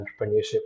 entrepreneurship